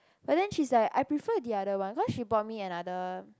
but then she's like I prefer the other one cause she bought me another